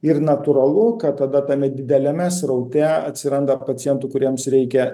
ir natūralu kad tada tame dideliame sraute atsiranda pacientų kuriems reikia